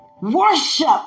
Worship